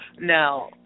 Now